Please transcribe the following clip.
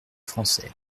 français